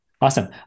Awesome